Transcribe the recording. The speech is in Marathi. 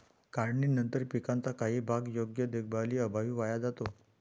काढणीनंतर पिकाचा काही भाग योग्य देखभालीअभावी वाया जातो